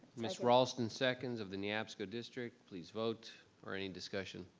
ms. raulston seconds, of the neabsco district, please vote, or any discussion,